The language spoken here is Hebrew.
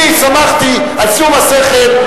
אני סמכתי על שום השכל,